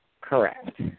Correct